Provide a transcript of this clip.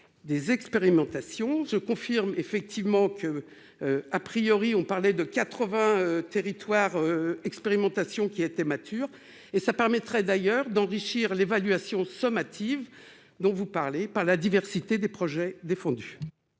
des expérimentations se confirme effectivement que, a priori, on parlait de 80, territoire expérimentation qui était mature et ça permettrait d'ailleurs d'enrichir l'évaluation dont vous parlez par la diversité des projets défendus.